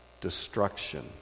destruction